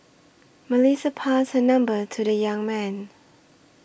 Melissa passed her number to the young man